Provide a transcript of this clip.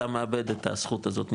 אתה מאבד את הזכות הזאת,